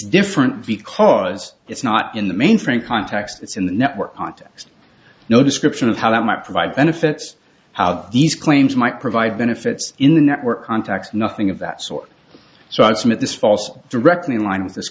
different because it's not in the mainframe context it's in the network context no description of how that might provide benefits how these claims might provide benefits in the network context nothing of that sort so i submit this falls directly in line with this